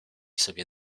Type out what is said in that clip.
sobie